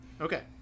Okay